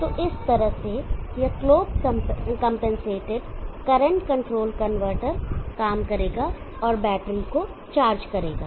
तो इस तरह से यह slope compensated current control converter काम करेगा और बैटरी को चार्ज करेगा